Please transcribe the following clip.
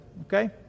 okay